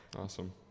Awesome